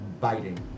biting